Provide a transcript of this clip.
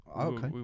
Okay